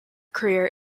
career